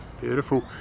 Beautiful